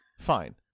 Fine